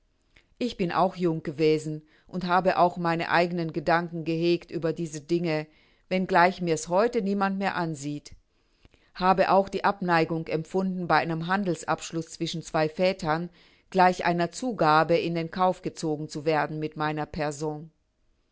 ich bin auch jung gewesen und habe auch meine eigenen gedanken gehegt über diese dinge wenn gleich mir's heute niemand mehr ansieht habe auch die abneigung empfunden bei einem handels abschluß zwischen zwei vätern gleich einer zugabe in den kauf gezogen zu werden mit meiner person